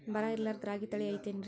ಬರ ಇರಲಾರದ್ ರಾಗಿ ತಳಿ ಐತೇನ್ರಿ?